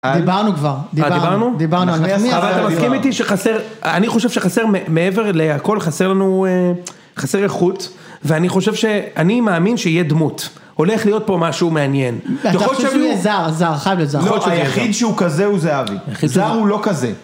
דיברנו כבר. דיברנו? דיברנו הרבה עשרה דברים. אבל אתה מסכים איתי שחסר... אני חושב שחסר מעבר לכל, חסר לנו... חסר איכות. ואני חושב ש... אני מאמין שיהיה דמות. הולך להיות פה משהו מעניין. אתה חושב שיהיה זר. זר, חייב להיות זר. לא, היחיד שהוא כזה הוא זהבי. זר הוא לא כזה.